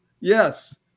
Yes